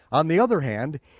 on the other hand,